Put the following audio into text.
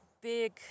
big